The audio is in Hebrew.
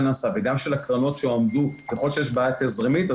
שנעשה וגם של הקרנות שהועמדו ככל שיש בעיה תזרימית,